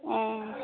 ও